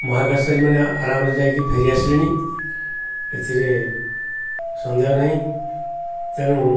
ମହାକାଶଚାରୀ ମାନେ ଆରାମରେ ଯାଇକି ଫେରି ଆସିଲେଣି ଏଥିରେ ସନ୍ଦେହ ନାହିଁ ତେଣୁ